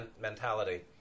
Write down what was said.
mentality